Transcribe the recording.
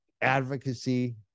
advocacy